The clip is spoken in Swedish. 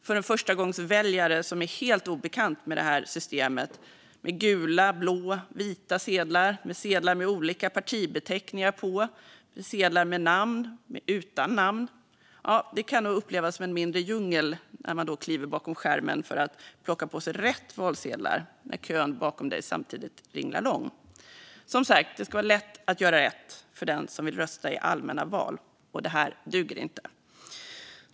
För en förstagångsväljare som är helt obekant med detta system - med gula, blå och vita sedlar, sedlar med olika partibeteckningar och sedlar med och utan namn - kan det nog upplevas som en mindre djungel att kliva bakom skärmen för att plocka på sig rätt valsedlar samtidigt som kön bakom ringlar lång. Som sagt: Det ska vara lätt att göra rätt för den som vill rösta i allmänna val. Det här duger inte.